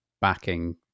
backing